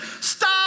Stop